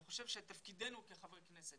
אני חושב שתפקידנו כחברי כנסת,